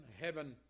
heaven